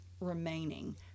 remaining